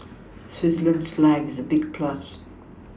Switzerland's flag is a big plus